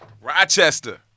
Rochester